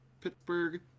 Pittsburgh